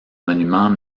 monuments